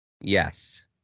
yes